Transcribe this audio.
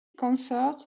concerts